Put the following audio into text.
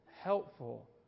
helpful